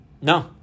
No